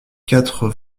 quatre